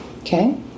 okay